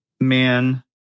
man